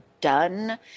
done